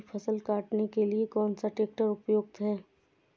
गेहूँ की फसल काटने के लिए कौन सा ट्रैक्टर उपयुक्त है?